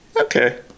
Okay